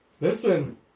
Listen